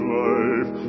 life